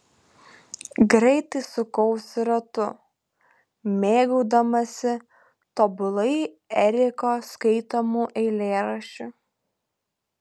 greitai sukausi ratu mėgaudamasi tobulai eriko skaitomu eilėraščiu